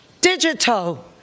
digital